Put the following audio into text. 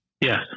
yes